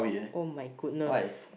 oh-my-goodness